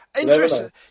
Interesting